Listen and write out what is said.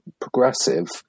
progressive